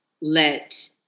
let